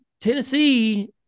Tennessee